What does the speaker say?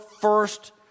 first